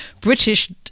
British